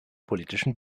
politischen